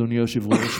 אדוני היושב-ראש,